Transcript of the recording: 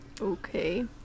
Okay